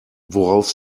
worauf